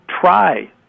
try